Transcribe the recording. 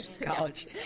College